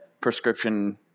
prescription